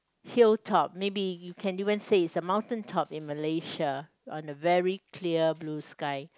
hill top maybe you can even say is the mountain top in Malaysia on a very clear blue sky